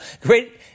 great